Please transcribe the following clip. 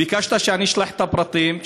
ביקשת שאני אשלח את הפרטים,